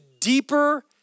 deeper